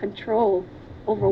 control over